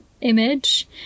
image